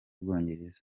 bwongereza